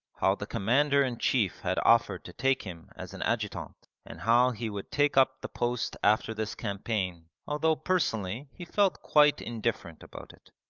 how the commander-in-chief had offered to take him as an adjutant, and how he would take up the post after this campaign although personally he felt quite indifferent about it.